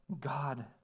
God